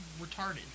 retarded